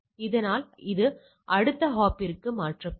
அதனால் அது அடுத்த ஹாப்பிற்கு மாற்றப்படும்